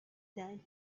that